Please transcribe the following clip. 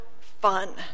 fun